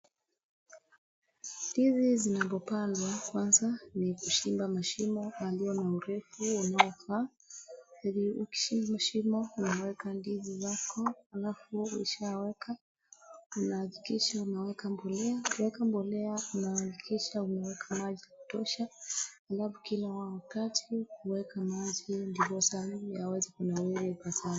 Ndizi zinavyopandwa, kwanza ni kuchimba mashimo yenye urefu unaofaa. Ukishachimba shimo unaweka ndizi zako, alafu ukishaweka, unahakikisha unaweka mbolea. Ukiweka mbolea, unahakikisha unaweka maji ya kutosha. Alafu kila wakati, kuweka maji ndiposa hii iweze kunawiri ipasavyo.